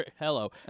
Hello